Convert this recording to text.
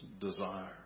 desire